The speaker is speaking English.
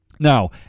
Now